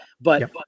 but-